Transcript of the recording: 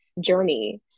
journey